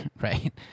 right